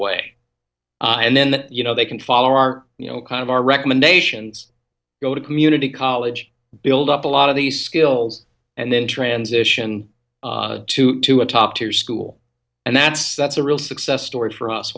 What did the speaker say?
away and then you know they can follow our you know kind of our recommendations go to community college build up a lot of these skills and then transition to to a top tier school and that's that's a real success story for us